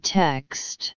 text